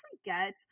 forget